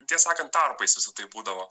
tiesą sakant tarpais visa tai būdavo